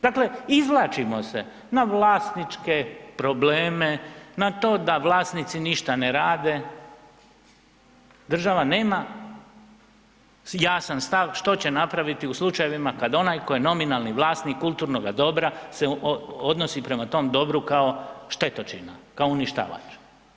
Dakle, izvlačimo se na vlasničke probleme, na to da vlasnici ništa ne rade, država nema jasan stav što će napraviti u slučajevima kad onaj ko je nominalni vlasnik kulturnoga dobra se odnosi prema tom dobru kao štetočina, kao uništavač.